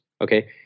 Okay